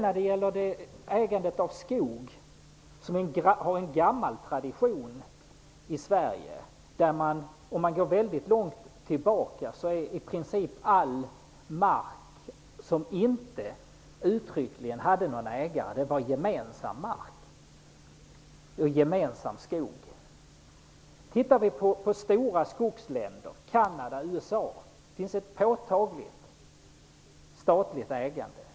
är det gäller ägandet av skog har vi en gammal tradition i Sverige. Om man går väldigt långt tillbaka kan man säga att i princip all mark som inte uttryckligen hade några ägare var gemensam mark och skog. I stora skogsländer som Canada och USA finns ett påtagligt statligt ägande.